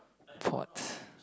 fought